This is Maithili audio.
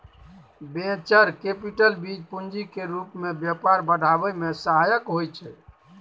वेंचर कैपिटल बीज पूंजी केर रूप मे व्यापार बढ़ाबै मे सहायक होइ छै